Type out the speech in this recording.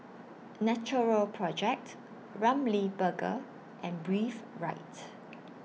Natural Projects Ramly Burger and Breathe Rights